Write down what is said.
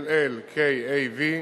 callkav,